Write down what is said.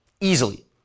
Easily